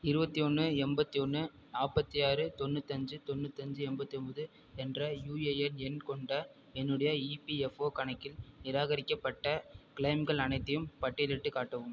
இருபத்தி ஒன்று எண்பத்தி ஒன்று நாற்பத்தி ஆறு தொண்ணூத்தஞ்சு தொண்ணூத்தஞ்சு எண்பத்தி ஒம்பது என்ற யுஏஎன் எண் கொண்ட என்னுடைய இபிஎஃப்ஓ கணக்கின் நிராகரிக்கப்பட்ட கிளெய்ம்கள் அனைத்தையும் பட்டியலிட்டுக் காட்டவும்